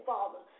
Father